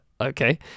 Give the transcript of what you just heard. okay